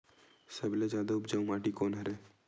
सबले जादा उपजाऊ माटी कोन हरे?